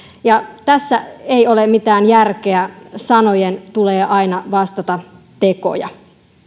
tässä ei ole mitään järkeä sanojen tulee aina vastata tekoja